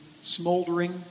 smoldering